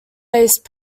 based